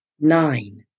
Nine